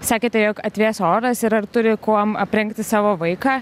sakėte jog atvėso oras ir ar turi kuom aprengti savo vaiką